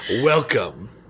Welcome